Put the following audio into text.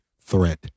threat